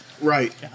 Right